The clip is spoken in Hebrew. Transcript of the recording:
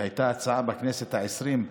הייתה הצעה בכנסת העשרים,